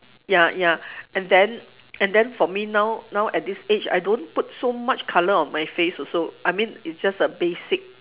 ya ya and then and then for me now now at this age I don't put so much colour on my face also I mean it's just a basic